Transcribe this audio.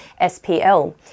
SPL